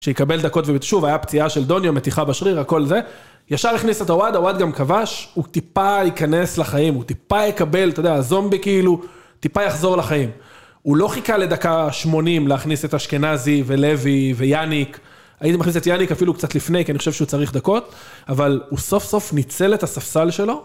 שיקבל דקות ובאמת שוב, הייתה פציעה של דוניו, מתיחה בשריר, הכל זה, ישר הכניס את הוואד, הוואד גם כבש, הוא טיפה ייכנס לחיים, הוא טיפה יקבל, אתה יודע, הזומבי כאילו, טיפה יחזור לחיים. הוא לא חיכה לדקה 80 להכניס את אשכנזי ולוי ויאניק, הייתי מכניס את יאניק אפילו קצת לפני, כי אני חושב שהוא צריך דקות, אבל הוא סוף סוף ניצל את הספסל שלו.